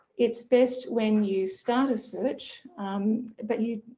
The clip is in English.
it's best when you start a search but you,